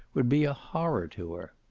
would be a horror to her.